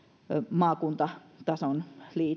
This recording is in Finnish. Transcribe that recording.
maakuntatason